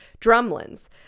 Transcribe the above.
drumlins